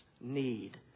need